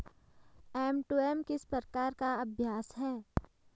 M to M किस प्रकार का अभ्यास है?